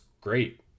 great